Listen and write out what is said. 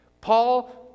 Paul